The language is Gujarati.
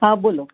હા બોલો